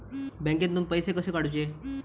बँकेतून पैसे कसे काढूचे?